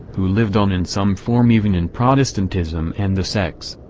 who lived on in some form even in protestantism and the sects?